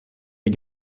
est